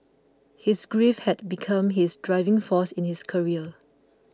his grief had become his driving force in his career